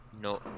No